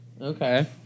Okay